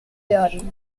werden